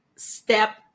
step